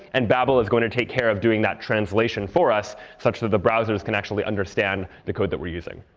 and babel is going to take care of doing that translation for us, such that the browsers can actually understand the code that we're using.